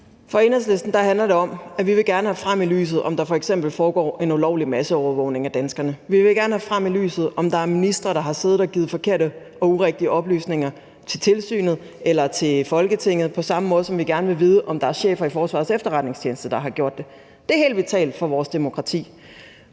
For Enhedslisten handler det om, at vi gerne vil have frem i lyset, om der f.eks. foregår en ulovlig masseovervågning af danskerne. Vi vil gerne have frem i lyset, om der er ministre, der har siddet og givet forkerte og urigtige oplysninger til tilsynet eller til Folketinget, på samme måde som vi gerne vil vide, om der er chefer for Forsvarets Efterretningstjeneste, der har gjort det. Det er helt vitalt for vores demokrati.